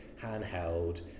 handheld